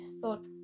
thought